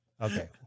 Okay